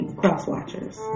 cross-watchers